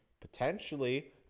potentially